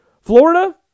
Florida